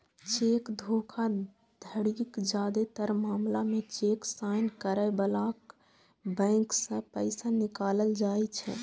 cheque धोखाधड़ीक जादेतर मामला मे चेक साइन करै बलाक बैंक सं पैसा निकालल जाइ छै